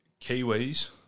Kiwis